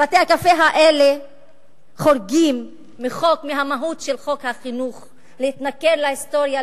בתי-הקפה האלה חורגים מהמהות של חוק החינוך להתנכל להיסטוריה,